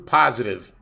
positive